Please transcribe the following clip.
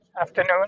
afternoon